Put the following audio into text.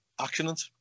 accident